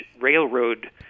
railroad